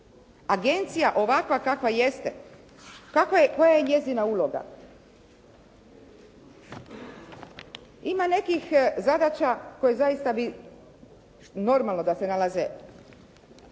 Agencija ovakva kakva jeste, koja je njezina uloga? Ima nekih zadaća koje zaista normalno da se nalaze